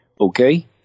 Okay